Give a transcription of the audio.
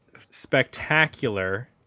spectacular